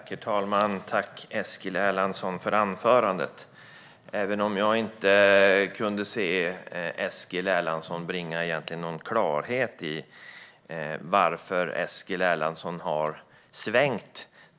Herr talman! Jag tackar Eskil Erlandsson för anförandet även om jag inte kunde höra honom bringa någon klarhet i varför han har svängt.